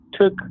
took